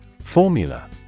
Formula